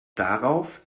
darauf